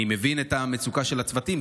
אני מבין את המצוקה של הצוותים,